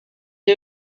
est